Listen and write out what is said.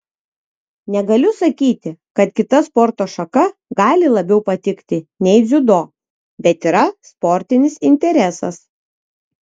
negaliu sakyti kad kita sporto šaka gali labiau patikti nei dziudo bet yra sportinis interesas